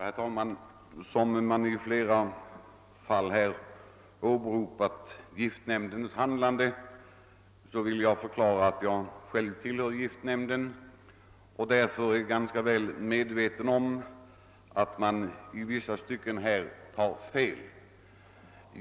Herr talman! Eftersom man i flera fall åberopat giftnämndens handlande vill jag nämna att jag själv tillhör giftnämnden och att jag därför är ganska väl medveten om att man i vissa stycken har fel härvidlag.